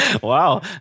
Wow